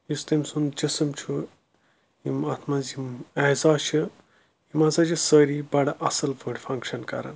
یُس تٔمۍ سُنٛد جِسٕم چھُ یِم اَتھ منٛز یِم اعضاء چھِ یِم ہَسا چھِ سٲری بَڑٕ اَصٕل پٲٹھۍ فنٛگشَن کَران